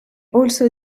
also